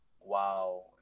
wow